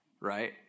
right